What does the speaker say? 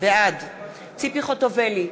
בעד ציפי חוטובלי,